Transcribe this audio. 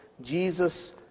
Jesus